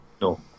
No